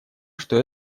что